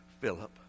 Philip